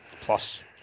plus